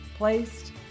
placed